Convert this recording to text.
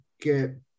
get